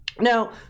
Now